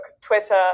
Twitter